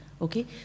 Okay